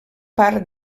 part